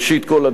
אדוני היושב-ראש,